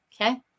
Okay